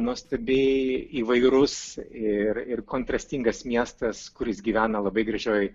nuostabiai įvairus ir ir kontrastingas miestas kuris gyvena labai gražioj